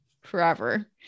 forever